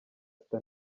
sita